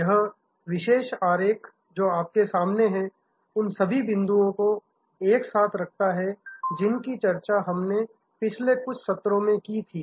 यह विशेष आरेख जो आपके सामने है उन सभी बिंदुओं को एक साथ रखता है जिनकी चर्चा हमने पिछले कुछ सत्रों में की थी